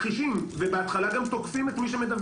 פשוט לא מטפלים ומכחישים ובהתחלה גם תוקפים את מי שמדווח,